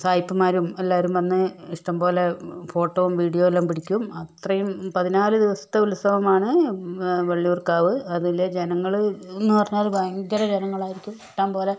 സായ്പന്മ്മാരും എല്ലാരും വന്ന് ഇഷ്ടം പോലെ ഫോട്ടോ വീഡിയോ എല്ലാം പിടിക്കും അത്രയും പതിനാല് ദിവസത്തെ ഉത്സവമാണ് വള്ളിയൂര് കാവിലെ ജനങ്ങള് എന്ന് പറഞ്ഞാൽ ഭയങ്കര ജനങ്ങള് ആയിരിക്കും ഇഷ്ടം പോലെ